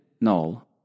null